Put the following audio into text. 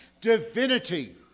divinity